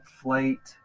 flight